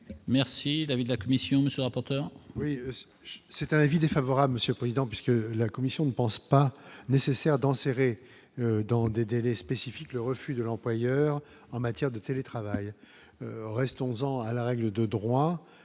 Merci l'avis de la Commission, monsieur porteur.